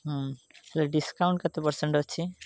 ହୁଁ ହେଲେ ଡିସକାଉଣ୍ଟ୍ କେତେ ପରସେଣ୍ଟ୍ ଅଛି